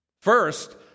First